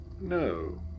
No